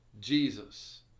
Jesus